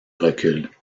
recul